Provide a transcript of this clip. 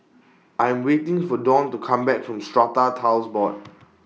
I Am waiting For Dawne to Come Back from Strata Titles Board